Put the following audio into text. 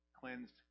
Cleansed